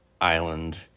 island